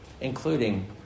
including